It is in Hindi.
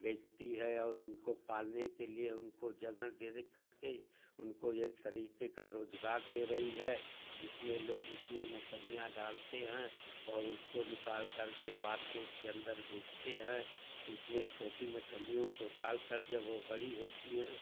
बेचती हैं और उनको पालने के लिए उनको जगह दे करके उनको एक तरीक़े का रोज़गार दे रही है जिसमें लोग उसमें मछलियाँ डालते हैं और उसको निकाल करके मार्केट के अंदर उसको बेचते हैं उसमें छोटी मछलियों को डालकर जब वे बड़ी होती हैं